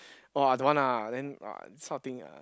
orh I don't want lah then !wah! this kind of thing uh